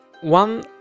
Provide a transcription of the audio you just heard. one